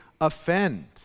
offend